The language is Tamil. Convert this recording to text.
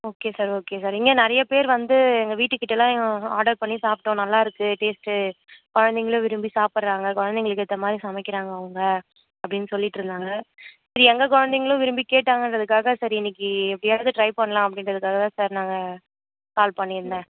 ஓகே சார் ஓகே சார் இங்கே நிறைய பேர் வந்து எங்கள் வீட்டுக்கிட்டலாம் ஆர்டர் பண்ணி சாப்பிட்டோம் நல்லா இருக்கு டேஸ்ட்டு குழந்தைங்களும் விரும்பி சாப்புறாங்க குழந்தைங்களுக்கு ஏற்ற மாதிரி சமைக்கிறாங்க அவங்க அப்படின் சொல்லிட்யிருந்தாங்க இது எங்கள் குழந்தைங்களும் விரும்பி கேட்டாங்கன்றதுக்காக சரி இன்னிக்கு எப்படியாவுது டிரை பண்ணலாம் அப்படின்றதுக்காக தான் சார் நாங்கள் கால் பண்ணியிருந்தேன்